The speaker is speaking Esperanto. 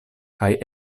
kaj